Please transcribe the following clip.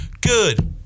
Good